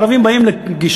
הערבים באים לפגישה,